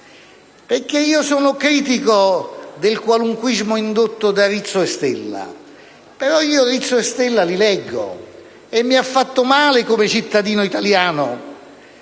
critico il qualunquismo indotto da Rizzo e Stella, però io Rizzo e Stella li leggo, e mi ha fatto male come cittadino italiano